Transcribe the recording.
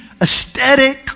aesthetic